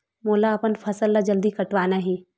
मोला अपन फसल ला जल्दी कटवाना हे?